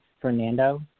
Fernando